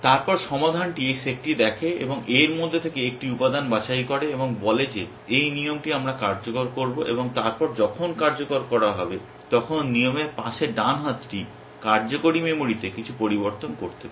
তারপর সমাধানটি এই সেটটি দেখে এবং এর মধ্যে থেকে একটি উপাদান বাছাই করে এবং বলে যে এই নিয়মটি আমরা কার্যকর করব এবং তারপর যখন কার্যকর করা হবে তখন নিয়মের পাশের ডান হাতটি কার্যকরী মেমরিতে কিছু পরিবর্তন করতে পারে